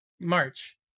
March